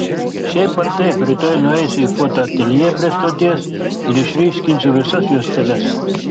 šiaip ar taip rytoj nueisiu į fotoateljė prie stoties ir išryškinsiu visas juosteles